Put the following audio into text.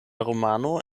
romano